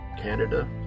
Canada